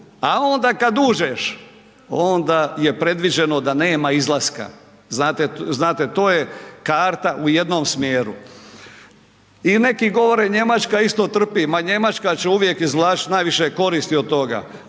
a onda kad uđeš onda je predviđeno da nema izlaska, znate, znate to je karta u jednom smjeru. I neki govore Njemačka isto trpi, ma Njemačka će uvijek izvlačit najviše koristi od toga,